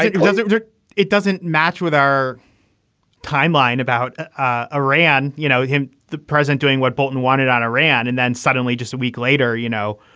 it doesn't look it doesn't match with our timeline about ah iran. you know him, the president doing what bolton wanted on iran. and then suddenly, just a week later, you know,